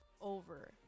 over